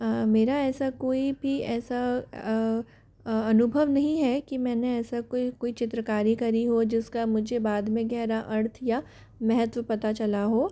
मेरा ऐसा कोई भी ऐसा अनुभव नहीं है कि मैंने ऐसा कोई कोई चित्रकार करी हो जिसका मुझे बाद में गहरा अर्थ या महत्त्व पता चला हो